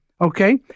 Okay